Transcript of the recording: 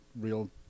real